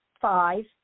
five